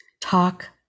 talk